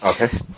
Okay